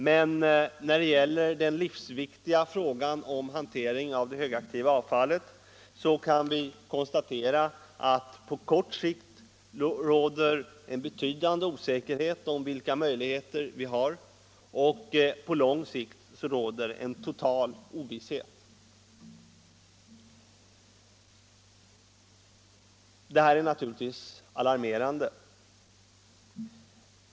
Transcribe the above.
Men när det gäller den livsviktiga frågan om hantering av det högaktiva avfallet kan vi konstatera att det råder en betydande osäkerhet om vilka möjligheter vi har på kort sikt. Om möjligheterna på lång sikt råder en total ovisshet. Det här är naturligtvis alarmerande.